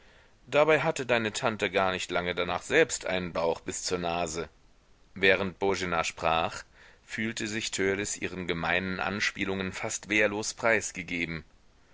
dabei hatte deine tante gar nicht lange danach selbst einen bauch bis zur nase während boena sprach fühlte sich törleß ihren gemeinen anspielungen fast wehrlos preisgegeben